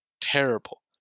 Terrible